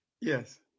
Yes